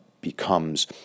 becomes